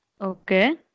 okay